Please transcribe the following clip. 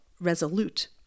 resolute